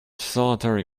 solitary